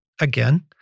again